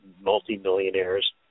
multi-millionaires